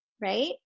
right